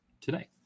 today